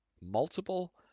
multiple